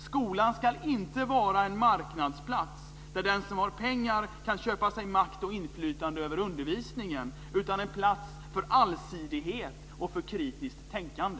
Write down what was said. Skolan ska inte vara en marknadsplats där den som har pengar kan köpa sig makt och inflytande över undervisningen, utan en plats för allsidighet och för kritiskt tänkande.